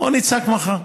בואו נצעק מחר.